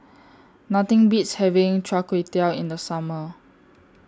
Nothing Beats having Chai Kuay Tow in The Summer